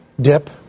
dip